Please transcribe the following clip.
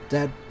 Dad